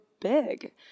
big